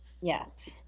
Yes